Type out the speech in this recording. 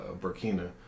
Burkina